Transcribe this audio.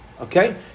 Okay